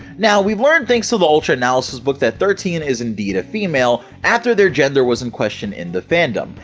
now we learn thanks to the ultra analysis book that thirteen is indeed a female, after their gender was in question in the fandom.